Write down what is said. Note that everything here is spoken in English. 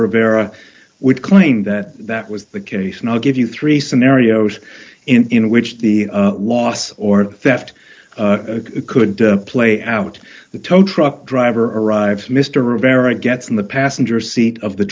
rivera would claim that that was the case and i'll give you three scenarios in which the loss or theft could play out the tow truck driver arrives mr rivera gets in the passenger seat of the